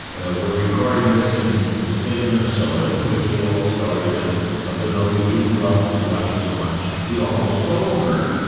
ah, we're recording this in the state of minnesota in which the old story is of the norwegian who loved his wife so much he almost told her.